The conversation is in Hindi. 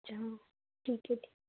अच्छा ठीक है ठीक